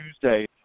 Tuesday